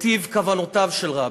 בטיב כוונותיו של רבין,